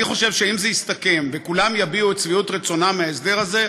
אני חושב שאם זה יסתכם וכולם יביעו את שביעות רצונם מההסדר הזה,